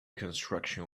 construction